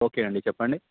okay అండి చెప్పండి